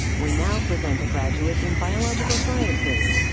we now present the graduates in biological sciences.